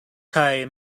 kaj